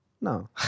No